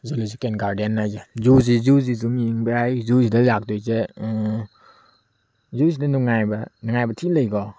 zoological garden ꯍꯥꯏꯁꯦ ꯖꯨꯁꯤ ꯖꯨꯁꯤ ꯑꯗꯨꯝ ꯌꯦꯡꯕ ꯌꯥꯏ ꯖꯨꯁꯤꯗ ꯂꯥꯛꯇꯣꯏꯁꯦ ꯖꯨꯁꯤꯗ ꯅꯨꯅꯡꯉꯥꯏꯕ ꯅꯨꯡꯉꯥꯏꯕ ꯊꯤꯅ ꯂꯩꯀꯣ